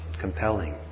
compelling